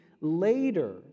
later